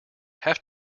have